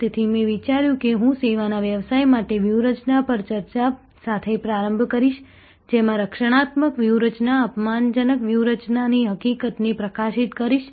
તેથી મેં વિચાર્યું કે હું સેવાના વ્યવસાય માટે વ્યૂહરચના પર ચર્ચા સાથે પ્રારંભ કરીશ જેમાં રક્ષણાત્મક વ્યૂહરચના અપમાનજનક વ્યૂહરચના ની હકીકતને પ્રકાશિત કરીશ